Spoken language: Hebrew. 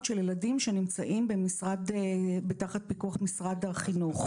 של ילדים שנמצאים תחת פיקוח משרד החינוך.